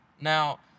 Now